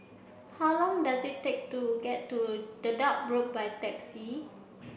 how long does it take to get to Dedap by taxi